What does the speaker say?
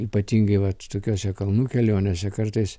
ypatingai vat tokiose kalnų kelionėse kartais